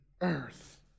earth